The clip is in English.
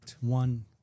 One